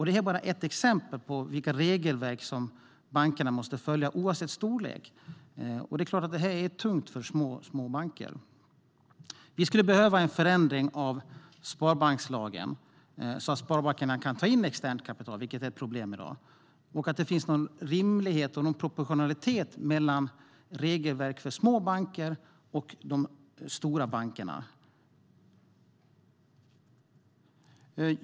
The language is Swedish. Det är bara ett exempel på hur de regelverk som bankerna måste följa oavsett storlek har förändrats. Det är klart att det här blir tungt för småbanker. Vi skulle behöva en förändring av sparbankslagen så att sparbankerna kan ta in externt kapital, för det är ett problem i dag. Det behövs en rimlighet och en proportionalitet mellan regelverk för små banker och regelverk för de stora bankerna.